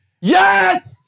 Yes